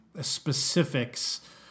specifics